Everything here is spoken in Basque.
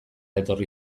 etorri